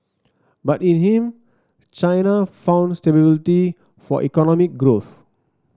but in him China found stability for economic growth